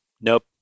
Nope